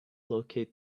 locate